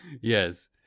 Yes